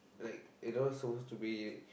like it don't supposed to be